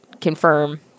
confirm